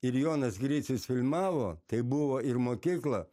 ir jonas gricius filmavo tai buvo ir mokykla